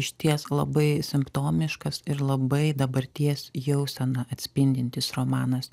išties labai simptomiškas ir labai dabarties jauseną atspindintis romanas